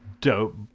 dope